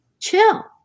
chill